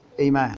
Amen